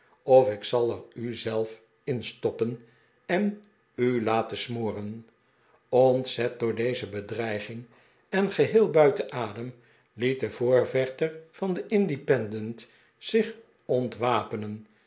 of ik zal er u zelf in stoppen en u laten smoren ontzet door deze bedreiging en geheel buiten adem liet de voorvechter van den independent zich ontwapenenj